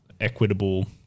equitable